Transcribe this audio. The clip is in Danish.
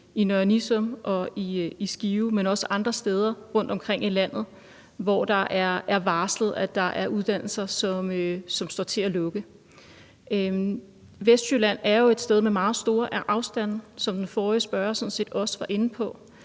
i Nørre Nissum og Skive, men også andre steder rundtomkring i landet, hvor det er varslet, at der er uddannelser, som står foran at lukke. Vestjylland er jo et sted med meget store afstande, som den forrige spørger sådan set også var inde på.